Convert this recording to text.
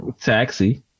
Taxi